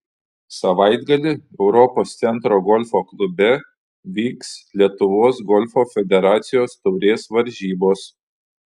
savaitgalį europos centro golfo klube vyks lietuvos golfo federacijos taurės varžybos